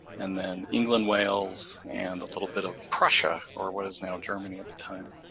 and then england, wales, and a little bit of prussia, or what is now germany at the time.